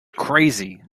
crazy